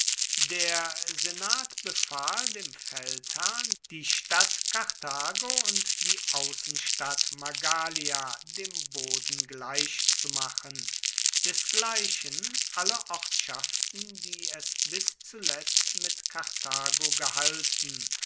der senat befahl dem feldherrn die stadt karthago und die außenstadt magalia dem boden gleich zu machen desgleichen alle ortschaften die es bis zuletzt mit karthago gehalten